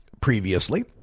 previously